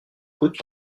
coûte